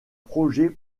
projets